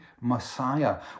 messiah